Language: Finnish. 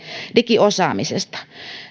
digiosaamisesta